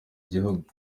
gihugu